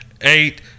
eight